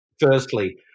Firstly